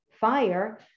fire